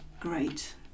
great